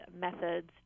methods